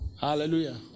Hallelujah